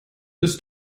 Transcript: ist